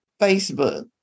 Facebook